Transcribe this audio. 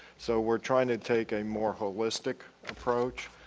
so we're trying to take a more holistic approach,